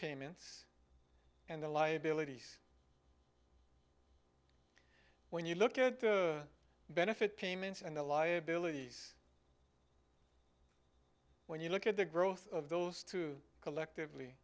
payments and the liabilities when you look at benefit payments and the liabilities when you look at the growth of those two collectively